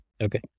Okay